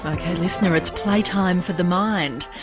ok listener, it's playtime for the mind.